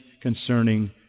concerning